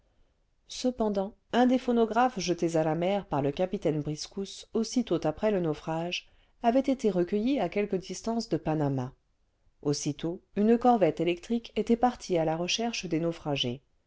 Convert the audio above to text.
cependant un des phonographes jetés à là mer par le capltaine bris'cousse aussitôt après le naufrage avait été'recueilli à quelque dlstànce de panama aussitôt une corvette électrique était partie à là recherche des naufragés